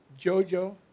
Jojo